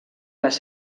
les